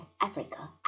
Africa